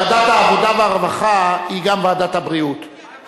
ועדת העבודה והרווחה היא גם ועדת הבריאות,